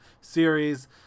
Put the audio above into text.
series